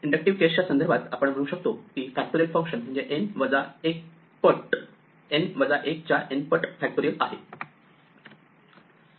inductive केसच्या संदर्भात आपण म्हणू शकतो की फॅक्टोरियल फंक्शन म्हणजे n वजा 1 च्या n पट फॅक्टोरियल आहे